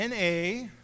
Na